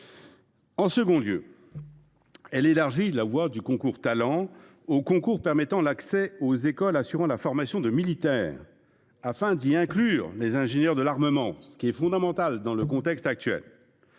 En deuxième lieu, il élargit la voie des concours Talents aux concours permettant l’accès aux écoles assurant la formation de militaires, afin d’y inclure l’accès au corps des ingénieurs de l’armement, ce qui est fondamental dans le contexte actuel.